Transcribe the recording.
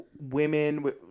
women